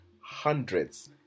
hundreds